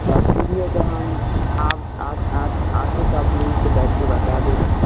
तो आप फ्री हैं तो हम आप आप आप आते तो आप यहीं पर बैठ के बता देते